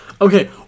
Okay